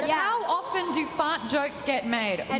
yeah how often do fart jokes get made? and